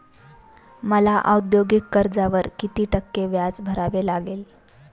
मला औद्योगिक कर्जावर किती टक्के व्याज भरावे लागेल?